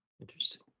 Interesting